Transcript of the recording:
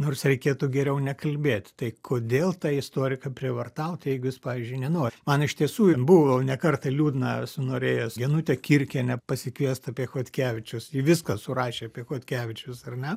nors reikėtų geriau nekalbėt tai kodėl tą istoriką prievartaut jeigu jis pavyzdžiui nenori man iš tiesų ir buvo ne kartą liūdna esu norėjęs genutę kirkienę pasikviest apie chodkevičius ji viską surašė apie chodkevičius ar ne